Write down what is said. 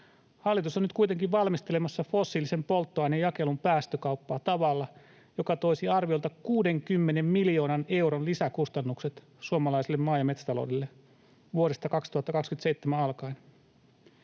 Hallitus on nyt kuitenkin valmistelemassa fossiilisen polttoaineen jakelun päästökauppaa tavalla, joka toisi arviolta 60 miljoonan euron lisäkustannukset suomalaiselle maa- ja metsätaloudelle vuodesta 2027 alkaen.